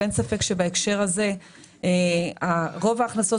אין ספק שבהקשר הזה רוב ההכנסות